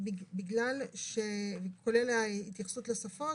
כתוביות, כולל ההתייחסות לשפות